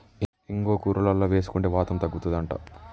ఇంగువ కూరలల్ల వేసుకుంటే వాతం తగ్గుతది అంట